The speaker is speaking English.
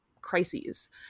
crises